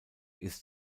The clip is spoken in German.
ist